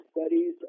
studies